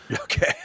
Okay